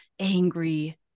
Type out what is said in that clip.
angry